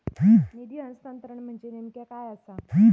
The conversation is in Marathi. निधी हस्तांतरण म्हणजे नेमक्या काय आसा?